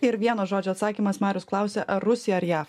ir vieno žodžio atsakymas marijus klausia ar rusija ar jav